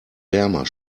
wärmer